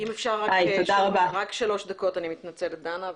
אפשר רק שלוש דקות, אני מתנצלת, דנה.